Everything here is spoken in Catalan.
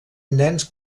nens